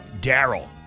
Daryl